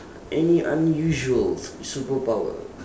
any unusual superpower